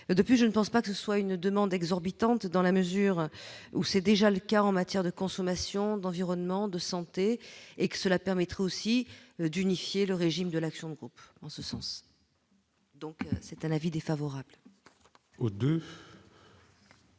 De plus, je ne pense pas que ce soit une demande exorbitante, dans la mesure où c'est déjà le cas en matière de consommation, d'environnement, de santé. Cela permettrait aussi d'unifier le régime de l'action de groupe. La commission émet donc un avis défavorable